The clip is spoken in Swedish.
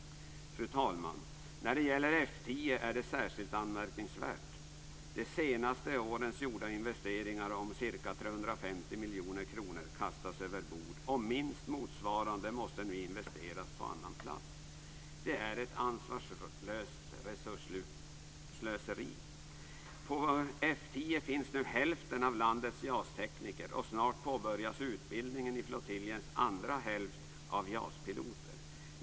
Fru talman! När det gäller F 10 är det särskilt anmärkningsvärt. De senaste årens gjorda investeringar om ca 350 miljoner kronor kastas över bord, och minst motsvarande måste nu investeras på annan plats. Det är ett ansvarslöst resursslöseri. På F 10 finns nu hälften av landets JAS-tekniker, och snart påbörjas utbildningen av flottiljens andra hälft av JAS-piloter.